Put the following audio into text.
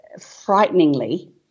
frighteningly